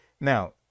Now